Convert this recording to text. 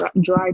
dry